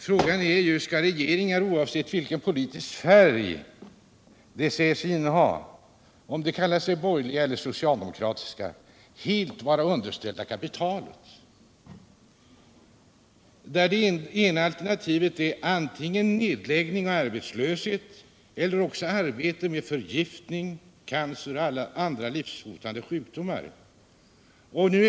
Frågan är ju: Skall regeringar — oavsett vilken politisk färg de säger sig inneha, vare sig de kallar sig borgerliga eller socialdemokratiska — helt vara underställda kapitalet? Skall alternativen vara antingen nedläggning och arbetslöshet eller också arbete med förgiftning, cancer och andra livshotande sjukdomar som följd?